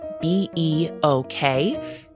B-E-O-K